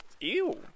Ew